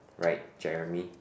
right Jeremy